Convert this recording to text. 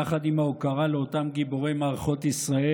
יחד עם ההוקרה לאותם גיבורי מערכות ישראל,